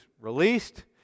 released